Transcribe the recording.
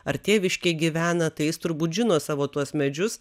ar tėviškėj gyvena tai jis turbūt žino savo tuos medžius